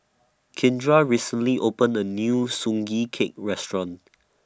Kindra recently opened A New Sugee Cake Restaurant